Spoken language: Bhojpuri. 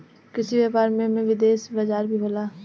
कृषि व्यापार में में विदेशी बाजार भी होला